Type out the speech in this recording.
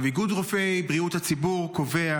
איגוד רופאי בריאות הציבור קובע